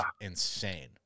insane